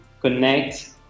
connect